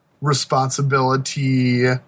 responsibility